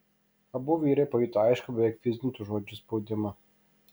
abu vyrai pajuto aiškų beveik fizinį tų žodžių spaudimą